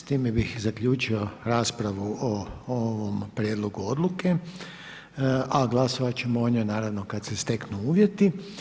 S time bih zaključio raspravu o ovom prijedlogu odluke, a glasovat ćemo o njoj naravno kad se steknu uvjeti.